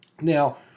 Now